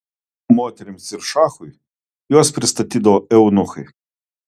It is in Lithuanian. moterims ir šachui juos pristatydavo eunuchai